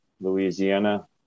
Louisiana